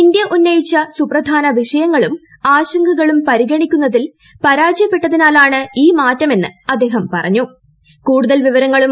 India ഉന്നയിച്ച സുപ്രധാന വിഷയങ്ങളും ആശങ്കകളും പരിഗണിക്കുന്നതിൽ പരാജയപ്പെട്ടതിനാലാണ് ഈ മാറ്റമെന്ന് അദ്ദേഹം പറഞ്ഞു